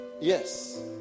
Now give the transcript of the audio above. yes